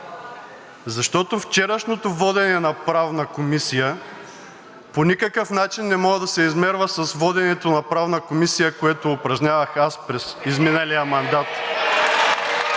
защото вчерашното водене на Правната комисия по никакъв начин не може да се измерва с воденето на Правната комисия, което упражнявах аз през изминалия мандат.